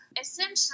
essentially